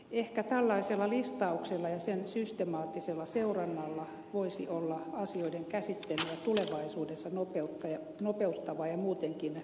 ehkä tällaisella listauksella ja sen systemaattisella seurannalla voisi olla asioiden käsittelyä tulevaisuudessa nopeuttava ja muutenkin tehostava vaikutus